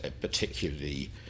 particularly